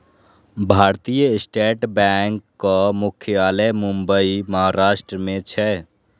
भारतीय स्टेट बैंकक मुख्यालय मुंबई, महाराष्ट्र मे छै